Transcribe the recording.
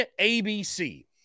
ABC